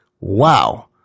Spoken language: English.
Wow